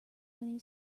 many